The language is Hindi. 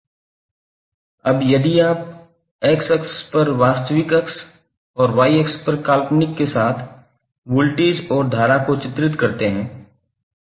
यहां यदि आप x अक्ष पर वास्तविक अक्ष और y अक्ष पर काल्पनिक के साथ वोल्टेज और धारा को चित्रित करते हैं